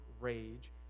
rage